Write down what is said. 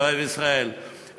אוהב ישראל,